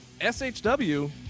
SHW